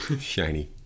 shiny